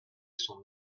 sont